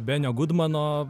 benio gudmano